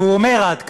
והוא אומר: עד כאן.